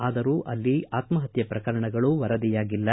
ಆದರೂ ಅಲ್ಲಿ ಆತ್ಮಪತ್ಯೆ ಪ್ರಕರಣಗಳು ವರದಿಯಾಗಿಲ್ಲ